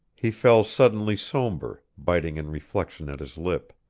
he fell suddenly sombre, biting in reflection at his lip.